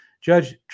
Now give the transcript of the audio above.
judge